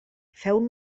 feu